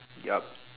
yup